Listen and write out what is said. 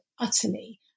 utterly